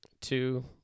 two